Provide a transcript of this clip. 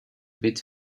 bit